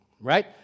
right